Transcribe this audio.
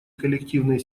коллективные